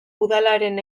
udalaren